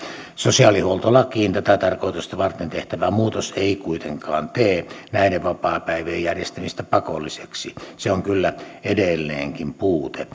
sosiaalihuoltolakiin tätä tarkoitusta varten tehtävä muutos ei kuitenkaan tee näiden vapaapäivien järjestämistä pakolliseksi se on kyllä edelleenkin puute